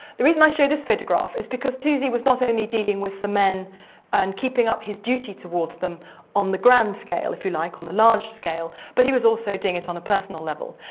the reason i show this photograph is because toosey was not only dealing with the men and keeping up his duty towards them on the grand scale if you like, on the large scale, but he was also doing it on a personal level.